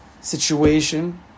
situation